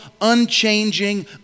unchanging